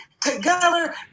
together